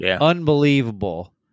unbelievable